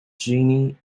jeannie